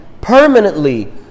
Permanently